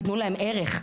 תתנו להם ערך.